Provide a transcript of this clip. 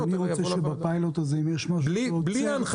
צריך לאפשר למשטרה אפשרות לזהות את הרכב, בין אם